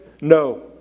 No